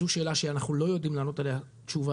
זו שאלה שאנחנו לא יודעים לענות עליה תשובה